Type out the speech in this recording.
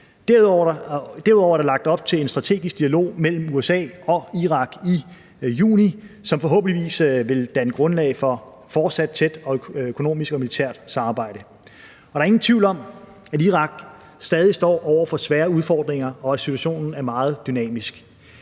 Derudover er der lagt op til en strategisk dialog mellem USA og Irak i juni, som forhåbentlig vil danne grundlag for fortsat tæt økonomisk og militært samarbejde. Der er ingen tvivl om, at Irak stadig står over for svære udfordringer og at situationen er meget dynamisk,